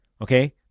Okay